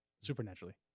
supernaturally